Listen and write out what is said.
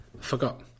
forgot